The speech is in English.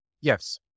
Yes